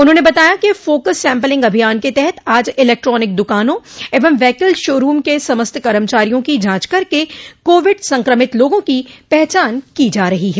उन्होंने बताया focus sampling अभियान के तहत आज इलेक्ट्रानिक दुकानों एवं व्हैकल शोरूम के समस्त कर्मचारियों की जांच करके कोविड संक्रमित लोगों की पहचान की जा रही है